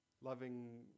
Loving